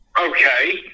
Okay